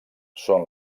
són